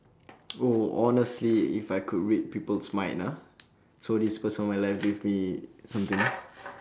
oh honestly if I could read people's mind ah so this person on my left gave me something